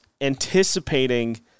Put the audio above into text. anticipating